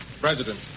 President